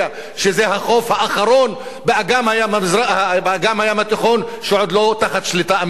שזה החוף האחרון באגן הים התיכון שעוד לא תחת שליטה אמריקנית.